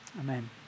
Amen